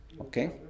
Okay